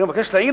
אני מבקש להעיר,